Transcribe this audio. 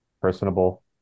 personable